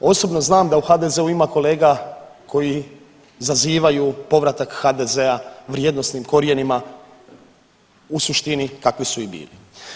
Osobno znam da u HDZ-u ima kolega koji zazivaju povratak HDZ-a vrijednosnim korijenima u suštini kakvi su i bili.